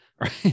right